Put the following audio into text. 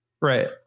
right